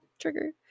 trigger